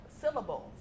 syllables